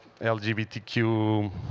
LGBTQ